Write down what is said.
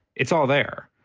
it's all there.